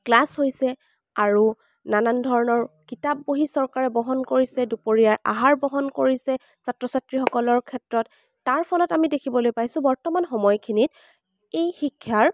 class হৈছে আৰু নানান ধৰণৰ কিতাপ বহী চৰকাৰে বহন কৰিছে দুপৰীয়াৰ আহাৰ বহন কৰিছে ছাত্ৰ ছাত্ৰীসকলৰ ক্ষেত্ৰত তাৰ ফলত আমি দেখিবলৈ পাইছোঁ বৰ্তমান সময়খিনিত এই শিক্ষাৰ